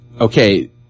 Okay